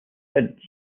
hints